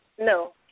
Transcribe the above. No